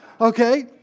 Okay